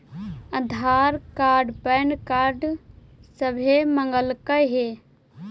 आधार card PAN card सभे मगलके हे?